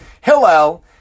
Hillel